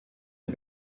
des